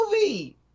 movie